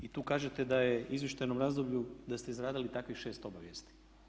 I tu kažete da je u izvještajnom razdoblju da ste izradili takvih 6 obavijesti.